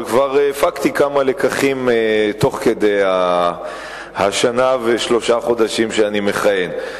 אבל כבר הפקתי כמה לקחים בשנה ושלושה החודשים שאני מכהן.